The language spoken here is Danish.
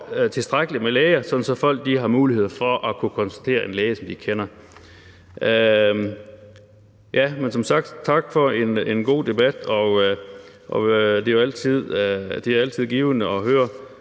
tilstrækkelig med læger, sådan at folk har mulighed for at kunne konsultere en læge, som de kender. Men som sagt: Tak for en god debat. Det er jo altid givende at høre,